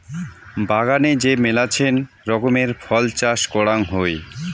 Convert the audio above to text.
বাগানে যে মেলাছেন রকমের ফল চাষ করাং হই